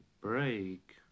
break